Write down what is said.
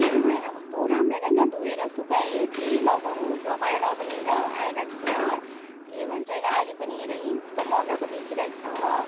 केही पनि भएन कस्तो राम्रो हेर न धोएर सुकाएँ फेरि लगाउनु लगाएर अब यहाँ हेर आइरहेको छु हो त्यो के भन्छ अहिले पनि हेर यी कस्तो मजाको देखिइरहेको छ हो